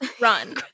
Run